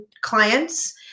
clients